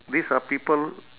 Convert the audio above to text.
these are people